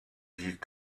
vivent